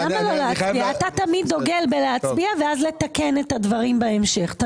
אתה תמיד דוגל בהצבעה ואז לתקן את הדברים בהמשך.